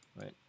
right